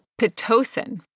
Pitocin